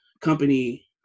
company